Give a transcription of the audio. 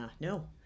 No